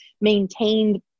maintained